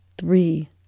Three